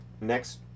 next